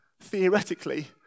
theoretically